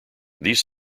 these